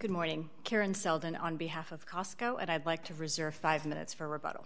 good morning karen seldon on behalf of cosco and i'd like to reserve five minutes for rebuttal